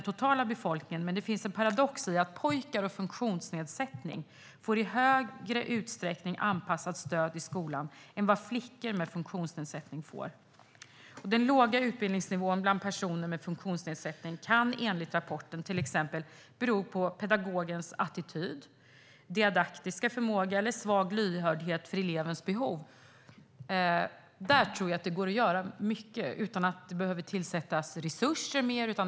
Men det finns en paradox i att pojkar med funktionsnedsättning får anpassat stöd i skolan i högre utsträckning än flickor med funktionsnedsättning får. Den låga utbildningsnivån bland personer med funktionsnedsättning kan enligt rapporten till exempel bero på pedagogens attityd, didaktiska förmåga eller svag lyhördhet för elevens behov. Där tror jag att det går att göra mycket utan att det behövs tillsättas mer resurser.